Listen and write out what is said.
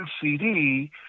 CD